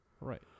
Right